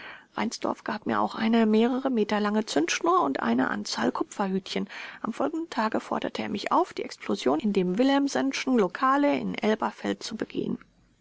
reinsdorf gab mir auch eine mehrere meter lange zündschnur und eine anzahl kupferhütchen am folgenden tage forderte er mich auf die explosion in dem willemsenschen lokale in elberfeld zu begehen